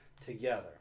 together